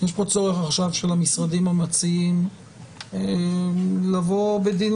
יש כאן צורך של המשרדים המציעים לבוא בדין